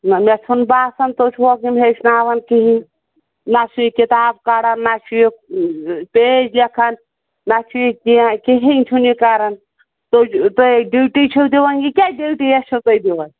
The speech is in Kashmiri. نہَ مےٚ چھُنہٕ باسان تُہۍ چھُہوکھ یِم ہیٚچھناوَن کِہیٖنۍ نہَ چھُ یہِ کِتاب کَڈان نہَ چھُ یہِ پیج لیکھان نہَ چھُ یہِ کیٚنٛہہ کِہیٖنۍ چھُنہٕ یہِ کَران تُہۍ تُہۍ ہے ڈیوٗٹی چھِو دِوان یہِ کیٛاہ ڈیوٗٹیٛاہ چھِو تُہۍ دِوان